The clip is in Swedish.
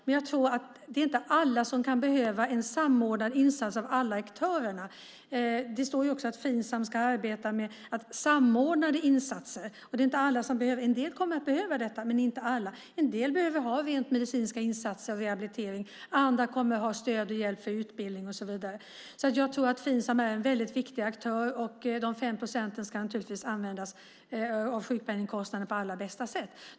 Men jag tror inte att alla behöver en samordnad insats av alla aktörer. Det står ju också att Finsam ska arbeta med samordnade insatser. En del kommer att behöva detta, men inte alla. En del behöver ha rent medicinska insatser och rehabilitering. Andra kommer att behöva stöd och hjälp för utbildning och så vidare. Jag tror att Finsam är en viktig aktör. De 5 procenten av sjukpenningkostnaden ska naturligtvis användas på allra bästa sätt.